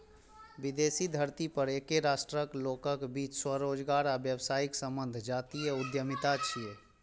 विदेशी धरती पर एके राष्ट्रक लोकक बीच स्वरोजगार आ व्यावसायिक संबंध जातीय उद्यमिता छियै